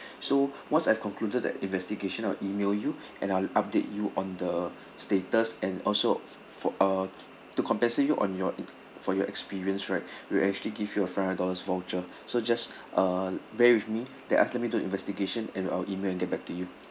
so once I've concluded that investigation I will email you and I'll update you on the status and also f~ for uh to compensate you on your i~ for your experience right we will actually give you a five hundred dollars voucher so just uh bear with me let us let me do the investigation and I'll email and get back to you